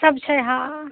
सब छै हँ